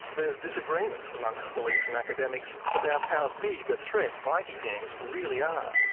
there's disagreement amongst police and academics about how big a threat bikie gangs really are.